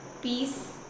peace